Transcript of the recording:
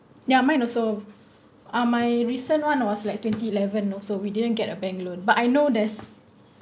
ya mine also uh my recent one was like twenty eleven also we didn't get a bank loan but I know there's